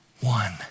one